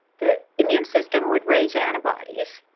the immune system would raise antibodies.